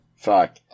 Fuck